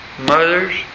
mothers